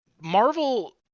Marvel